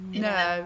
no